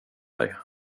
dig